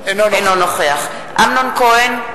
אינו נוכח אמנון כהן,